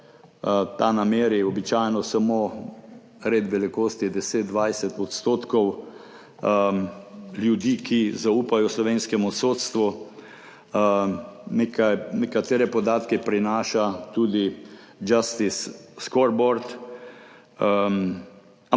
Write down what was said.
ta nameri običajno samo red velikosti 10, 20 % ljudi, ki zaupajo slovenskemu sodstvu. Nekatere podatke prinaša tudi Justice Scoreboard.